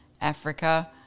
Africa